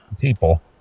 People